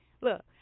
Look